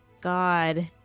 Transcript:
god